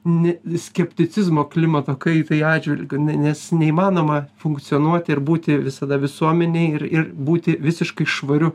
ne skepticizmo klimato kaitai atžvilgiu ne nes neįmanoma funkcionuoti ir būti visada visuomenėj ir ir būti visiškai švariu